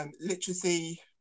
Literacy